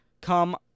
come